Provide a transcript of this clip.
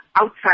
outside